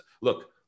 Look